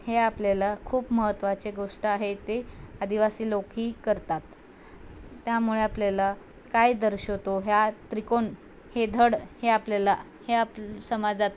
हे आपल्याला खूप महत्त्वाचे गोष्ट आहे ते आदिवासी लोकी करतात त्यामुळे आपल्याला काय दर्शवतो ह्या त्रिकोण हे धड हे आपल्याला हे आप समाजात